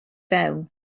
fewn